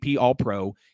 All-Pro